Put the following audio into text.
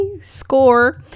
score